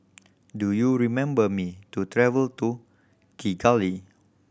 do you remember me to travel to Kigali